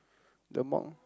the mong~